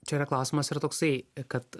čia yra klausimas yra toksai kad